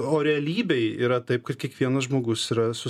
o realybėj yra taip kad kiekvienas žmogus yra su